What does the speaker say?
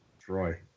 Troy